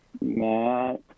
Matt